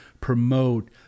promote